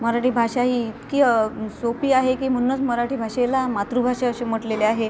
मराठी भाषा ही इतकी सोपी आहे की म्हणूनच मराठी भाषेला मातृभाषा असे म्हटलेले आहे